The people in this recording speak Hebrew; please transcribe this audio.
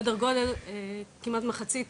5 ו-6 עובדות כמו 1-4